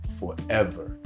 forever